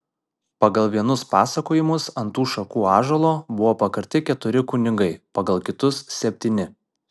pagal vienus pasakojimus ant tų šakų ąžuolo buvo pakarti keturi kunigai pagal kitus septyni